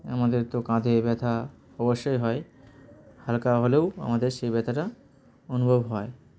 আমাদের তো কাঁধে ব্যথা অবশ্যই হয় হালকা হলেও আমাদের সেই ব্যথাটা অনুভব হয়